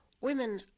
women